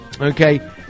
Okay